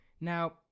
Now